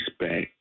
respect